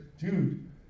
dude